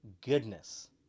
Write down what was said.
goodness